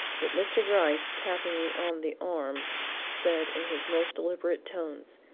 but mr. gryce tapping me on the arm said in his most deliberate tones,